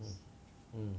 mm mm